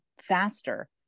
faster